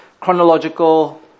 chronological